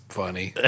funny